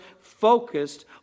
focused